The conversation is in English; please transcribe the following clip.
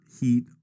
heat